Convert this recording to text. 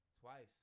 twice